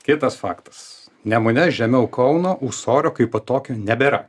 kitas faktas nemune žemiau kauno ūsorių kaipo tokio nebėra